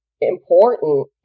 important